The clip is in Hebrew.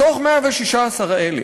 מתוך 116 האלה,